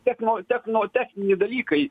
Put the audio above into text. techno techno techniniai dalykai